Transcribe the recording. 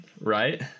right